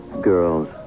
Girls